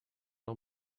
nog